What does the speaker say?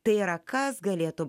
tai yra kas galėtų